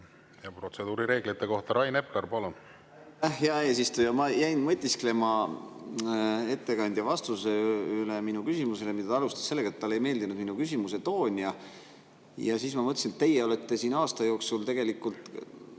ja protseduurireeglite kohta. Rain Epler, palun! Aitäh, hea eesistuja! Ma jäin mõtisklema ettekandja vastuse üle minu küsimusele. Ta alustas sellega, et talle ei meeldinud minu küsimuse toon. Ja siis ma mõtlesin, et teie olete siin aasta jooksul tegelikult